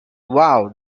wow